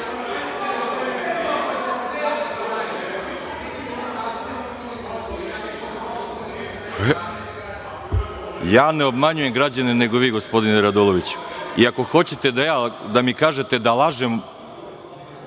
ne obmanjujem građane, nego vi gospodine Raduloviću. I ako hoćete da mi kažete da lažem,